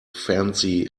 fancy